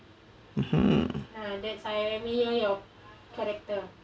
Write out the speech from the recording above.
hmm